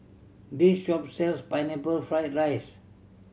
this shop sells Pineapple Fried rice